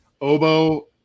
Obo